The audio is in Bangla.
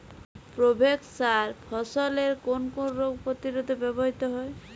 প্রোভেক্স সার ফসলের কোন কোন রোগ প্রতিরোধে ব্যবহৃত হয়?